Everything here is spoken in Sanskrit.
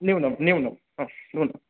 नूनं नूनं न नूनं